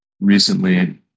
recently